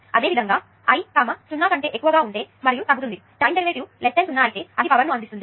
అదే విధంగా I 0 కన్నా ఎక్కువగా ఉంటే మరియు తగ్గుతుంది టైం డెరివేటివ్ 0 అయితే అది పవర్ ను అందిస్తుంది